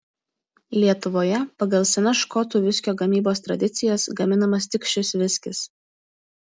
lietuvoje pagal senas škotų viskio gamybos tradicijas gaminamas tik šis viskis